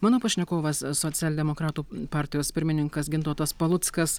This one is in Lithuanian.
mano pašnekovas socialdemokratų partijos pirmininkas gintautas paluckas